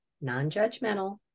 non-judgmental